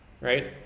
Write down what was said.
right